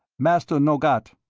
master no got,